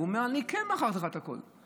והוא אומר: אני כן מכרתי לך את הכול.